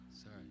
Sorry